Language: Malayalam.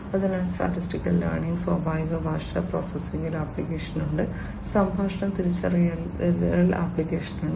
അതിനാൽ സ്റ്റാറ്റിസ്റ്റിക്കൽ ലേണിംഗിന് സ്വാഭാവിക ഭാഷാ പ്രോസസ്സിംഗിൽ ആപ്ലിക്കേഷനുകളുണ്ട് സംഭാഷണ തിരിച്ചറിയലിൽ ആപ്ലിക്കേഷനുകളുണ്ട്